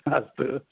अस्तु